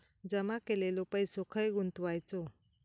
जमा केलेलो पैसो खय गुंतवायचो?